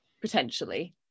Potentially